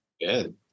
Good